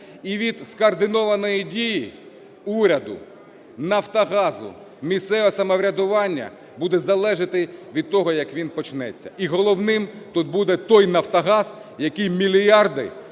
І від скоординованої дії уряду, "Нафтогазу", місцевого самоврядування буде залежати те, як він почнеться. І головним тут буде той "Нафтогаз", який мільярди